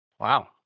Wow